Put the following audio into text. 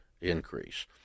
increase